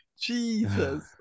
Jesus